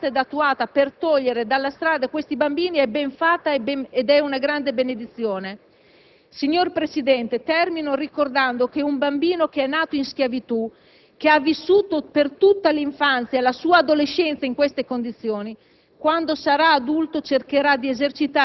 qualsiasi altra azione pensata ed attuata per togliere dalla strada questi bambini è benfatta e rappresenta una grande benedizione. Signor Presidente, concludo il mio intervento ricordando che un bambino nato in schiavitù, che ha vissuto tutta l'infanzia e l'adolescenza in queste condizioni,